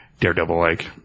Daredevil-like